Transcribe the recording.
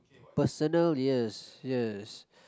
personal yes yes